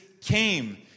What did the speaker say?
came